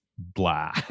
Blah